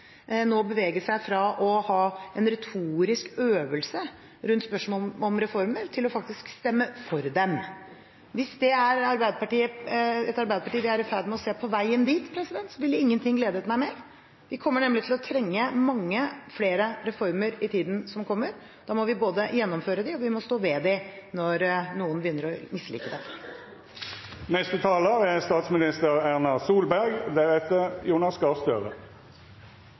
nå bevege seg fra å ha en retorisk øvelse rundt spørsmål om reformer til faktisk å stemme for dem. Hvis det vi ser, er et Arbeiderparti på vei dit, ville ingenting ha gledet meg mer. Vi kommer nemlig til å trenge mange flere reformer i tiden som kommer. Da må vi både gjennomføre dem og stå ved dem når noen begynner å mislike dem. Replikkordskiftet er